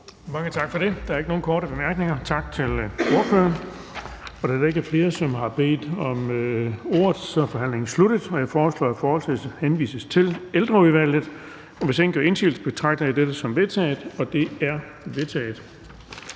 Mange tak for det. Der er ikke nogen korte bemærkninger. Tak til ordføreren. Da der ikke er flere, som har bedt om ordet, er forhandlingen sluttet. Jeg foreslår, at forslaget til folketingsbeslutning henvises til Ældreudvalget. Hvis ingen gør indsigelse, betragter jeg dette som vedtaget. Det er vedtaget.